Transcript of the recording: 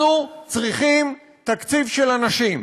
אנחנו צריכים תקציב של אנשים.